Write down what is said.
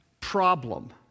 problem